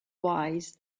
wise